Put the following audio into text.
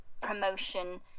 promotion